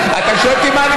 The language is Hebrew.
מה,